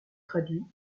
traduits